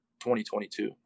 2022